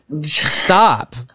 stop